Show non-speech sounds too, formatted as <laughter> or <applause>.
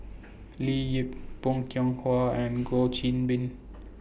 <noise> Leo Yip Bong Hiong Hwa and <noise> Goh Qiu Bin <noise>